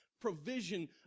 provision